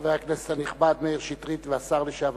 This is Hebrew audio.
חבר הכנסת הנכבד מאיר שטרית והשר לשעבר,